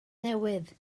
newydd